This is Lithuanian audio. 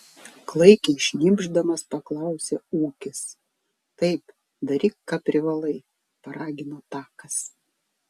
klaikiai šnypšdamas paklausė ūkis taip daryk ką privalai paragino takas